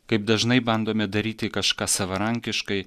kaip dažnai bandome daryti kažką savarankiškai